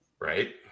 Right